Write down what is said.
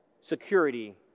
security